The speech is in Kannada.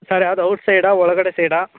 ಸರ್ ಯಾವ್ದು ಔಟ್ಸೈಡಾ ಒಳಗಡೆ ಸೈಡಾ